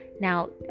now